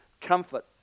comfort